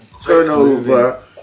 turnover